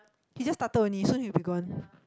he just started only so he will be gone